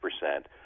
percent